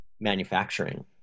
manufacturing